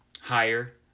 higher